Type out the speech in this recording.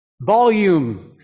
Volume